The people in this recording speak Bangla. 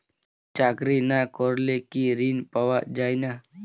চাকরি না করলে কি ঋণ পাওয়া যায় না?